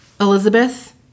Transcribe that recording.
Elizabeth